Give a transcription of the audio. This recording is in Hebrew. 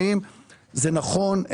האם זה נכון.